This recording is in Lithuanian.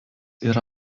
yra